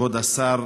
כבוד השר,